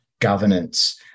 governance